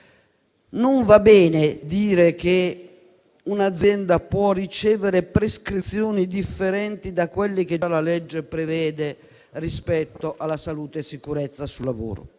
Non va bene dire che un'azienda può ricevere prescrizioni differenti da quelle che già la legge prevede rispetto alla salute e alla sicurezza sul lavoro,